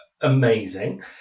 Amazing